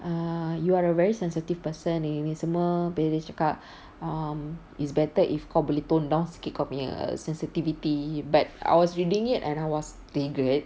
err you are a very sensitive person gini gini semua abeh dia cakap um it's better kau boleh tone down sikit kau punya err sensitivity but I was reading it and I was triggered